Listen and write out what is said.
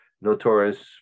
notorious